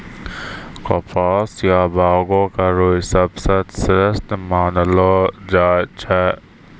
कपास या बांगो के रूई सबसं श्रेष्ठ मानलो जाय छै